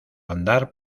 andar